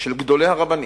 של גדולי הרבנים,